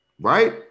Right